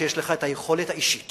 שיש לך היכולת האישית